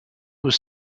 was